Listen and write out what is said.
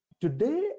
today